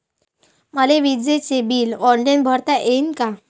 मले विजेच bill online भरता येईन का?